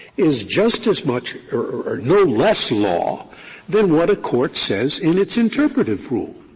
is just as much or no less law than what a court says in its interpretative rule.